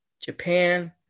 Japan